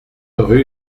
rue